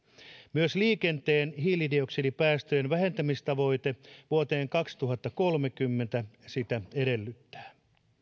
myös liikenteen hiilidioksidipäästöjen vähentämistavoite vuoteen kaksituhattakolmekymmentä sitä edellyttää